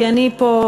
כי אני פה,